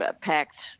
packed